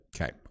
Okay